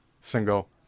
single